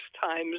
times